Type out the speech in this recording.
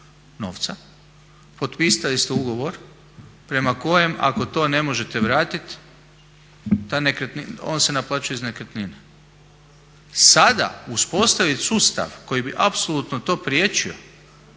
potpisali ste ugovor prema kojem ako to ne možete vratiti ta nekretnina, on se naplaćuje iz nekretnine. Sada uspostaviti sustav koji bi apsolutno to priječio,